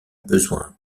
besoin